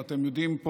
ואתם יודעים,